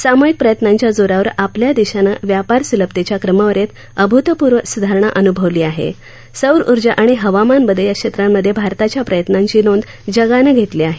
सामूहिक प्रयत्नांच्या जोरावर आपल्या देशानं व्यापार सुलभतेच्या क्रमवारीत अभूतपूर्व सुधारणा अनुभवली आहे सौरऊर्जा आणि हवामान बदल या क्षेत्रांमध्ये भारताच्या प्रयत्नांची नोंद जगानं घेतली आहे